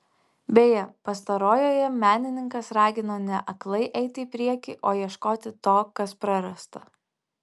beje pastarojoje menininkas ragino ne aklai eiti į priekį o ieškoti to kas prarasta